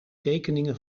tekeningen